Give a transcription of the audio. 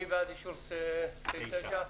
מי בעד אישור סעיף 9?